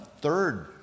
third